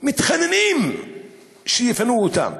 מתחננים לפנות אותם,